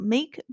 Make